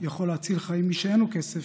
יכול להציל את החיים ומי שאין לו כסף